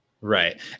Right